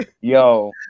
yo